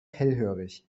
hellhörig